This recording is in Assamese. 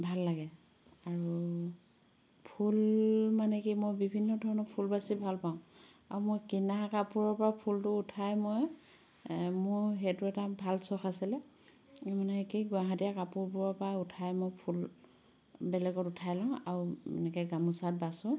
ভাল লাগে আৰু ফুল মানে কি মই বিভিন্ন ধৰণৰ ফুল বাচি ভাল পাওঁ আৰু মই কিনা কাপোৰৰ পৰা ফুলটো উঠাই মই মোৰ সেইটো এটা ভাল চখ আছিলে এই মানে কি গুৱাহাটীয়া কাপোৰবোৰৰ পৰা উঠাই মই ফুল বেলেগত উঠাই লওঁ আৰু এনেকে গামোচাত বাচোঁ